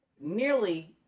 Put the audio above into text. nearly